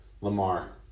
Lamar